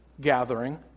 gathering